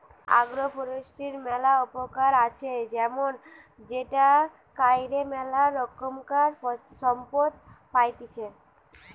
agro ফরেষ্ট্রীর ম্যালা উপকার আছে যেমন সেটা কইরে ম্যালা রোকমকার সম্পদ পাইতেছি